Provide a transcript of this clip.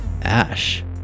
ash